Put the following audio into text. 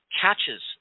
catches